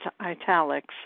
italics